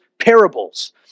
parables